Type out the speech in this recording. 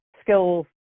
skills